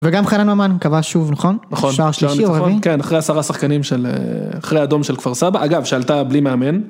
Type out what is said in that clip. וגם חיילה נאמן קבעה שוב נכון? נכון, נכון, נכון, כן, אחרי השרה שחקנים של... אחרי האדום של כפר סבא, אגב, שאלתה בלי מאמן.